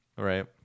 Right